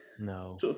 no